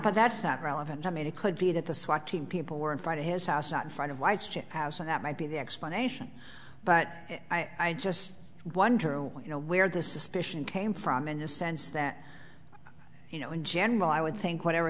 now that's not relevant i mean it could be that the swat team people were in front of his house outside of white house and that might be the explanation but i just wonder you know where this suspicion came from in a sense that you know in general i would think whatever